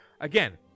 again